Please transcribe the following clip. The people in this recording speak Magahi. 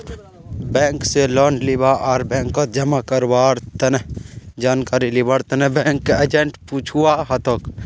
बैंक स लोन लीबा आर बैंकत जमा करवार जानकारी लिबार तने बैंक एजेंटक पूछुवा हतोक